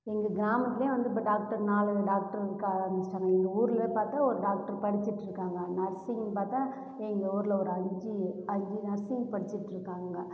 எங்கள் கிராமத்துலேயே வந்து இப்போ டாக்டர் நாலஞ்சு டாக்டர் இருக்க ஆரம்பிச்சிட்டாங்க எங்கள் ஊர்லேயே பார்த்தா ஒரு டாக்டர் படிச்சுட்டு இருக்காங்க நர்சிங் பார்த்தா எங்கள் ஊரில் ஒரு அஞ்சு அஞ்சு நர்சிங் படிச்சுட்டு இருக்காங்க